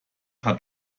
hat